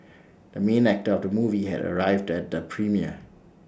the main actor of the movie has arrived at the premiere